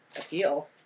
appeal